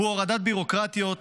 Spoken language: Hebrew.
הורדת ביורוקרטיות